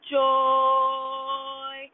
joy